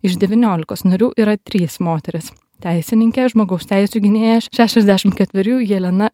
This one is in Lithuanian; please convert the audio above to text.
iš devyniolikos narių yra trys moterys teisininkė žmogaus teisių gynėja šešiasdešim ketverių jelena